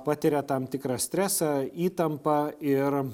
patiria tam tikrą stresą įtampą ir